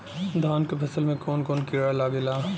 धान के फसल मे कवन कवन कीड़ा लागेला?